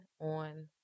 on